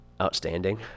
outstanding